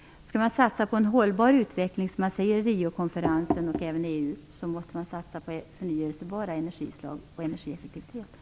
Om man skall satsa på en hållbar utveckling, som det sades vid Riokonferensen och som det även sägs inom EU, måste man satsa på förnybara energislag och energieffektivitet.